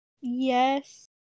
Yes